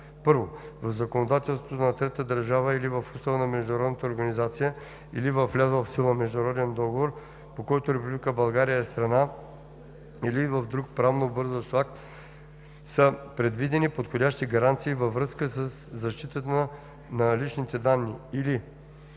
1. в законодателството на третата държава или в устава на международната организация, или във влязъл в сила международен договор, по който Република България е страна, или в друг правно обвързващ акт са предвидени подходящи гаранции във връзка със защитата на личните данни,